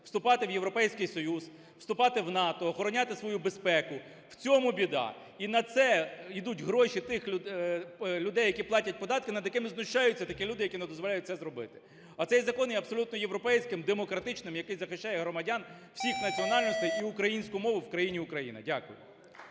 вступати в Європейський Союз, вступати в НАТО, охороняти свою безпеку. В цьому біда! І на це йдуть гроші тих людей, які платять податки, над якими знущаються такі люди, які не дозволяють це зробити. А цей закон є абсолютно європейським, демократичним, який захищає громадян всіх національностей, і українську мову в країні Україна. Дякую.